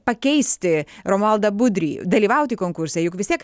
pakeisti romualdą budrį dalyvauti konkurse juk vis tiek